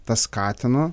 tas skatino